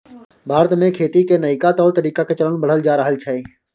भारत में खेती के नइका तौर तरीका के चलन बढ़ल जा रहल छइ